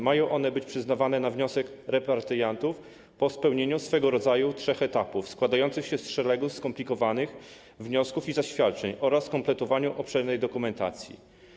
Mają one być przyznawane na wniosek repatriantów po spełnieniu swego rodzaju trzech etapów składających się z szeregu skomplikowanych wniosków i zaświadczeń oraz skompletowaniu obszernej dokumentacji.